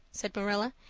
said marilla.